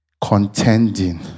contending